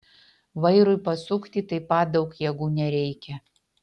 vairui pasukti taip pat daug jėgų nereikia